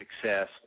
success